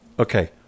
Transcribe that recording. Okay